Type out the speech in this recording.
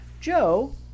Joe